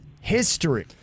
history